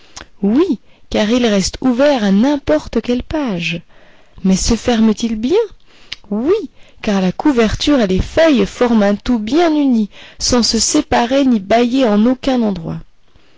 oui car il reste ouvert à n'importe quelle page mais se ferme t il bien oui car la couverture et les feuilles forment un tout bien uni sans se séparer ni bâiller en aucun endroit